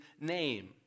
name